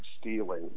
stealing